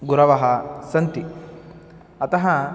गुरवः सन्ति अतः